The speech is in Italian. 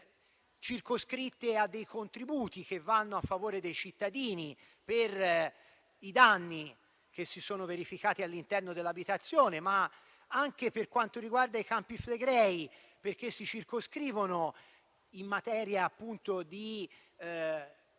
in Emilia Romagna, a contributi che vanno a favore dei cittadini per i danni che si sono verificati all'interno dell'abitazione. E anche per quanto riguarda i Campi Flegrei, perché si circoscrivono gli edifici